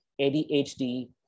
ADHD